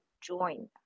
join